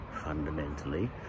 fundamentally